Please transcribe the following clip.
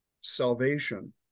salvation